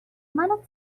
منو